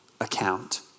account